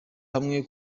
hamwe